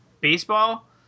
baseball